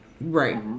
Right